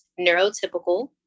neurotypical